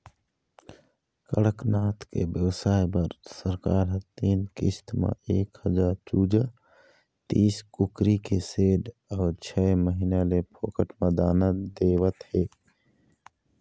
कड़कनाथ के बेवसाय बर सरकार ह तीन किस्त म एक हजार चूजा, तीस कुकरी के सेड अउ छय महीना ले फोकट म दाना देवत हे